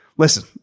Listen